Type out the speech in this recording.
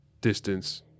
distance